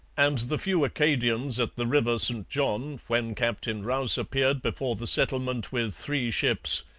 and the few acadians at the river st john, when captain rous appeared before the settlement with three ships,